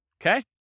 Okay